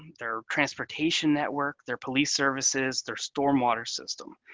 their transportation network, their police services, their stormwater system.